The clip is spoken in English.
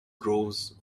grows